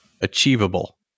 achievable